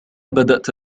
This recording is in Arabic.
بدأت